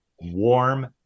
warm